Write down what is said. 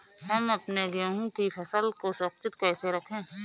हम अपने गेहूँ की फसल को सुरक्षित कैसे रखें?